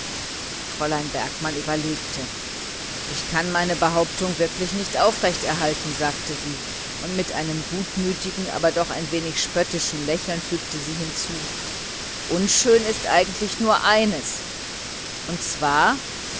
fräulein bergmann überlegte ich kann meine behauptung wirklich nicht aufrecht erhalten und mit einem gutmütigen aber doch ein wenig spöttischen lächeln fügte sie hinzu unschön ist eigentlich nur eines und zwar